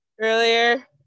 earlier